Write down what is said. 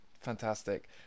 Fantastic